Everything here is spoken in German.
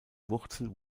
wurzel